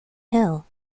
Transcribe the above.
hill